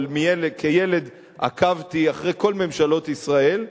אבל כילד עקבתי אחרי כל ממשלות ישראל,